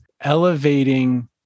elevating